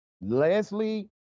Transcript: Leslie